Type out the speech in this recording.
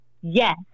yes